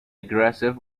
aggressive